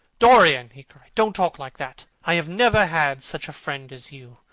dorian! he cried, don't talk like that. i have never had such a friend as you,